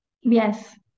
Yes